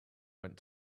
went